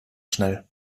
schnell